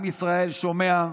עם ישראל שומע,